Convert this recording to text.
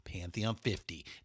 pantheon50